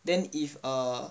then if err